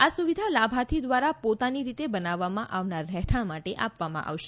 આ સુવિધા લાભાર્થી દ્વારા પોતાની રીતે બનાવવામાં આવનાર રહેઠાણ માટે આપવામાં આવશે